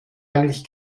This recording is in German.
eigentlich